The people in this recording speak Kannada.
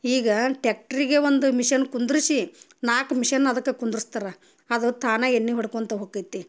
ಈಗ ಟ್ಯಾಕ್ಟ್ರಿಗೆ ಒಂದು ಮಿಷನ್ ಕುಂದಿರ್ಸಿ ನಾಲ್ಕು ಮಿಷನ್ ಅದಕ್ಕೆ ಕುಂದಿರ್ಸ್ತಾರೆ ಅದು ತಾನ ಎಣ್ಣೆ ಹೊಡ್ಕೊತಾ ಹೋಕೈತಿ